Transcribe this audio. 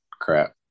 crap